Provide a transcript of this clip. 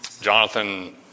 Jonathan